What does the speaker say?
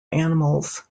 animals